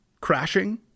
crashing